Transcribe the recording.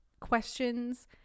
questions